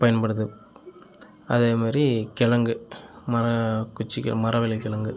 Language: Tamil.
பயன்படுது அதே மாதிரி கிழங்கு மர குச்சி கெ மரவள்ளிக்கிழங்கு